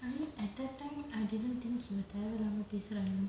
I mean at that time I didn't think he would தேவ இல்லாம பேசுறாங்கனு:theava illaama peasuraanganu